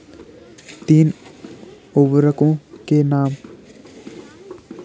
तीन उर्वरकों के नाम?